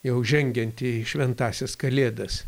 jau žengiant į šventąsias kalėdas